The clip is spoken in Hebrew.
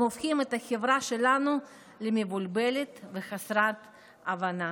הם הופכים את החברה שלנו למבולבלת וחסרת הבנה